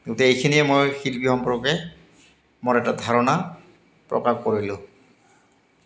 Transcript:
গতিকে এইখিনিয়ে মই শিল্পী সম্পৰ্কে মোৰ এটা ধাৰণা প্ৰকাশ কৰিলোঁ